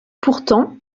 pourtant